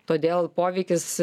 todėl poveikis